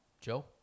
Joe